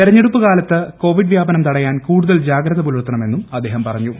തെരഞ്ഞെട്ടൂപ്പ് കാലത്ത് കോവിഡ് വ്യാപനം തടയാൻ കൂടുതൽ ജീാഗ്രത പുലർത്തണമെന്നും അദ്ദേഹം പറഞ്ഞു